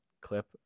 clip